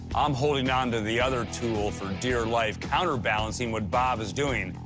i'm holding on to the other tool for dear life, counter-balancing what bob is doing.